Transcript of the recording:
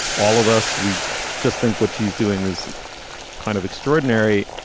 all of us. we just think what she's doing is kind of extraordinary.